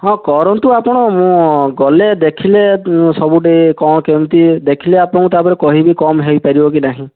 ହଁ କରନ୍ତୁ ଆପଣ ମୁଁ ଗଲେ ଦେଖିଲେ ସବୁଟି କ'ଣ କେମିତି ଦେଖିଲେ ଆପଣଙ୍କୁ ତା'ପରେ କହିବି କମ୍ ହେଇପାରିବ କି ନାହିଁ